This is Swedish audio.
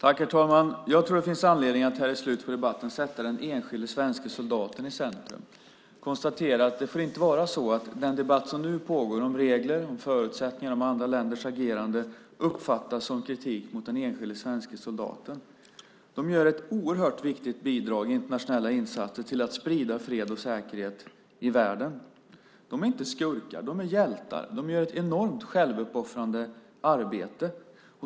Herr talman! Jag tror att det här i slutet på debatten finns anledning att sätta den enskilde svenske soldaten i centrum. Vi kan konstatera att det inte får vara så att den debatt som nu pågår om regler, förutsättningar och andra länders agerande uppfattas som kritik mot den enskilde svenske soldaten. De utgör ett oerhört viktigt bidrag i internationella insatser för att sprida fred och säkerhet i världen. De är inte skurkar. De är hjältar. De gör ett enormt självuppoffrande arbete.